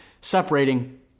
separating